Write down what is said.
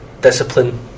discipline